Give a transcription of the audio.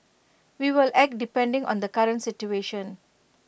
we will act depending on the current situation